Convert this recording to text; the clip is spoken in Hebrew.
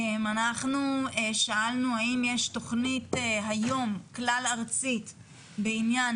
אנחנו שאלנו האם יש תכנית היום כלל ארצית בעניין